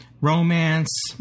romance